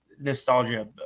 nostalgia